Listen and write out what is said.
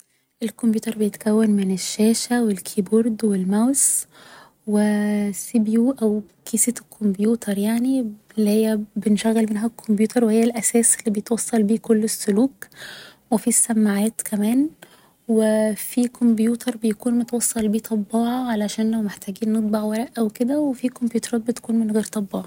الكمبيوتر بيتكون من الشاشة و الكيبورد و الماوس و السيبيوه او كيسة الكمبيوتر يعني اللي هي بنشغل منها الكمبيوتر و هي الأساس اللي بيتوصل بيه كل السلوك و في السماعات كمان و في كمبيوتر بيكون متوصل بيه طباعة عشان لو محتاجين نطبع ورق او كده و في كمبيوترات بتكون من غير طباعة